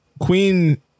Queen